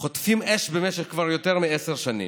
חוטפים אש במשך כבר יותר מעשר שנים,